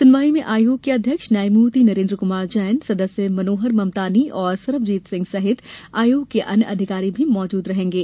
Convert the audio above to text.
सुनवाई में आयोग के अध्यक्ष न्यायमूर्ति नरेन्द्र कुमार जैन सदस्य मनोहर ममतानी और सरबजीत सिंह सहित आयोग के अन्य अधिकारी भी मौजूद रहेंगे